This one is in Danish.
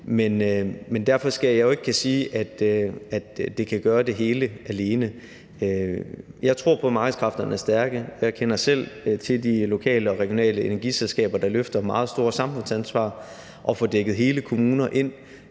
baggrund af det kunne sige, om det kan gøre det hele alene. Jeg tror på, at markedskræfterne er stærke. Jeg kender selv til de lokale og regionale energiselskaber, der løfter et meget stort samfundsansvar i forhold til at få dækket hele kommuner ind